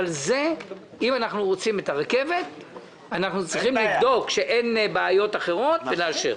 אם אנחנו רוצים את הרכבת אנחנו צריכים לבדוק שאין בעיות אחרות ולאשר.